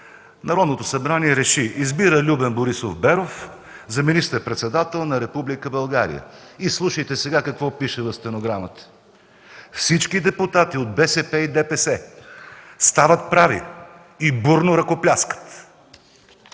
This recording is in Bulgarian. Народното събрание реши: избира Любен Борисов Беров за министър-председател на Република България”. И слушайте сега какво пише в стенограмата: „Всички депутати от БСП и ДПС стават прави и бурно ръкопляскат”.